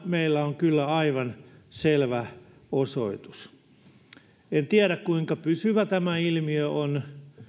meillä on kyllä aivan selvä osoitus tästä en tiedä kuinka pysyvä tämä ilmiö on